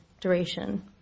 duration